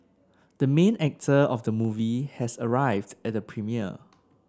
the main actor of the movie has arrived at the premiere